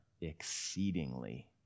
exceedingly